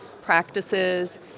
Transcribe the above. practices